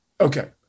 Okay